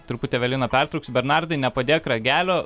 truputį eveliną pertrauksiu bernardai nepadėk ragelio